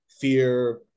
Fear